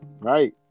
Right